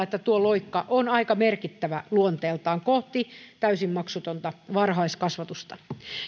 että tuo loikka on aika merkittävä luonteeltaan kohti täysin maksutonta varhaiskasvatusta